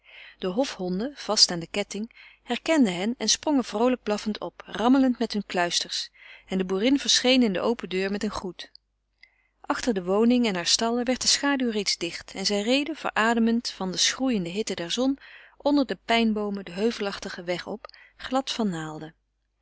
de hofhonden vast aan den ketting herkenden hen en sprongen vroolijk blaffend op rammelend met hun kluister en de boerin verscheen in de open deur met een groet achter de woning en haar stallen werd de schaduw reeds dicht en zij reden verademend van de schroeiende hitte der zon onder de pijnboomen den heuvelachtigen weg op glad van naalden